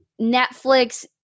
Netflix